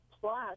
plus